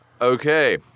Okay